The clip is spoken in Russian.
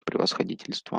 превосходительство